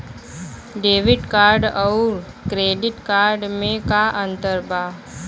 Debit card आउर credit card मे का अंतर बा?